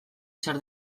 zer